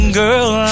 girl